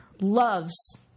loves